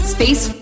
Space